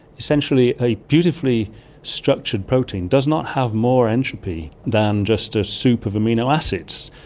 essentially a beautifully structured protein does not have more entropy than just a soup of amino acids.